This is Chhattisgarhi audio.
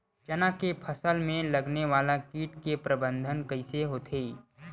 चना के फसल में लगने वाला कीट के प्रबंधन कइसे होथे?